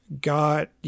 Got